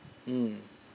mm